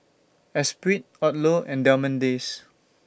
Esprit Odlo and Diamond Days